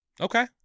Okay